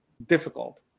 Difficult